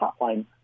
hotline